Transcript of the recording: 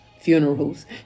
funerals